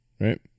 right